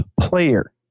player